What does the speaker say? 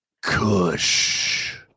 Kush